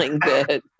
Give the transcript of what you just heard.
good